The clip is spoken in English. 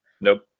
Nope